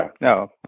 no